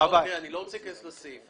אני לא רוצה להיכנס לסעיף.